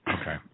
Okay